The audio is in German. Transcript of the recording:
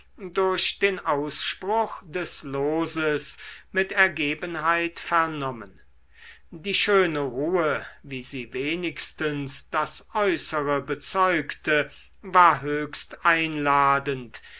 durch den ausspruch des loses mit ergebenheit vernommen die schöne ruhe wie sie wenigstens das äußere bezeugte war höchst einladend